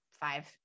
five